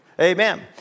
Amen